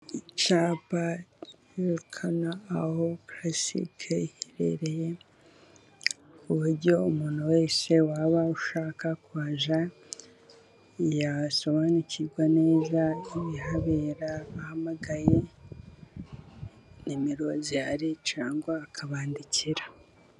Icyapa cyerekana aho Karasike iherereye, ku buryo umuntu wese waba ushaka kuhajya, yasobanukirwa neza ibihabera, ahamagaye nimero zihari cyangwa akabandikira.